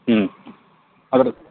ಹ್ಞೂ ಅವರು